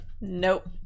nope